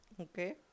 okay